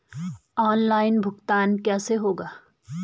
Online भुगतान कैसे होगा?